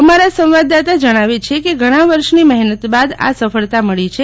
અમારા સંવાદદાતા જણાવે છે કે ઘણા વર્ષની મહેનત બાદ આ સફળતા મળી છે